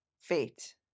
fate